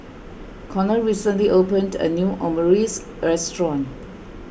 Conor recently opened a new Omurice restaurant